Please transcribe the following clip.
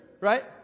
Right